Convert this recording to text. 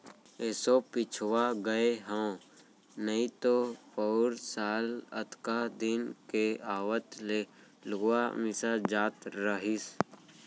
एसो पिछवा गए हँव नइतो पउर साल अतका दिन के आवत ले लुवा मिसा जात रहिस